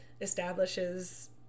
establishes